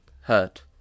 hurt